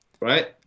right